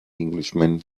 englishman